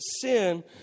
sin